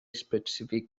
specific